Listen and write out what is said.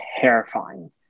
terrifying